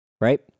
right